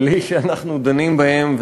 בלי שאנחנו דנים בהם,